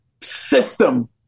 system